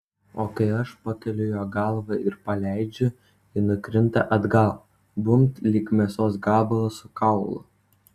o kai aš pakeliu jo galvą ir paleidžiu ji nukrinta atgal bumbt lyg mėsos gabalas su kaulu